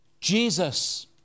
Jesus